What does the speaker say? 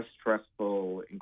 stressful